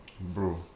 Bro